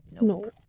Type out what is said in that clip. No